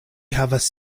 havas